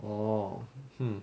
orh hmm